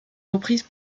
reprise